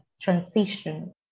transition